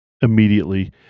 immediately